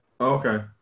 Okay